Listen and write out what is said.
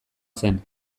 zen